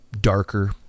darker